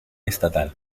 estatal